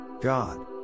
God